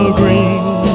green